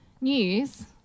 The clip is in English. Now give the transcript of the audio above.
news